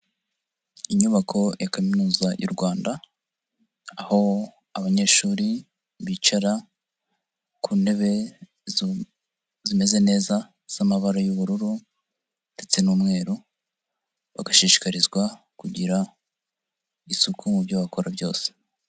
Inyubako ya Kaminuza y'u Rwanda, aho abanyeshuri bicara ku ntebe zimeze neza z'amabara y'ubururu ndetse n'umweru, bagashishikarizwa kugira isuku mu byo bakora byose.